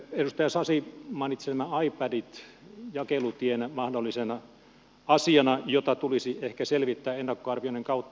edustaja sasi mainitsi nämä ipadit jakelutienä mahdollisena asiana jota tulisi ehkä selvittää ennakkoarvioinnin kautta